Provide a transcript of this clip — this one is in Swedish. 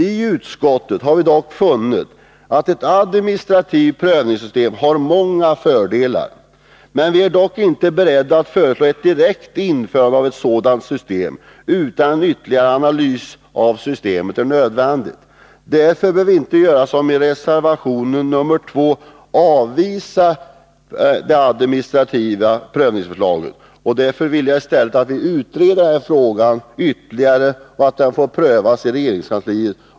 I utskottet har vi funnit att ett system med administrativ prövning har många fördelar, men vi är dock inte beredda att föreslå ett direkt införande av ett sådant system utan anser att en ytterligare analys av systemet är nödvändig. Förslaget om administrativ prövning bör inte avvisas, som föreslås i reservation 2. Vi vill i stället att den här frågan utreds ytterligare och att den får prövas i regeringskansliet.